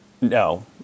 No